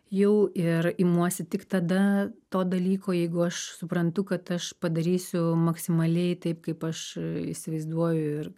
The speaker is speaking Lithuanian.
jau ir imuosi tik tada to dalyko jeigu aš suprantu kad aš padarysiu maksimaliai taip kaip aš įsivaizduoju ir